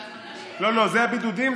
זה בידודים.